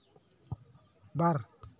ᱵᱟᱨ